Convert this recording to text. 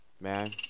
man